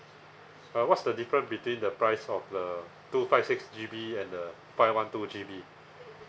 uh what's the difference between the price of the two five six G_B and the five one two G_B